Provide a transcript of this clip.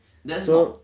there's